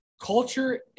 Culture